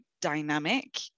dynamic